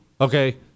Okay